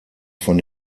von